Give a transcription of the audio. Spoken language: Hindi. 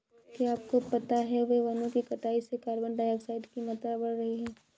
क्या आपको पता है वनो की कटाई से कार्बन डाइऑक्साइड की मात्रा बढ़ रही हैं?